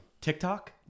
TikTok